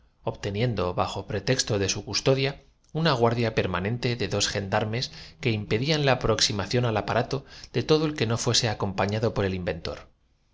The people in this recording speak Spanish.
obteniendo bajo pretexto conocerse decía así de su custodia una guardia permanente de dos gen mi coracon es pera y a esto y acui coma tullo asta darmes que impedían la aproximación al aparato de la merte ilo es roce gomec todo el que no fuese acompañado por el inventor